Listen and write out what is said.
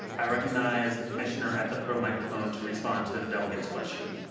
i recognize the commissioner at the pro microphone to respond to the delegate's question.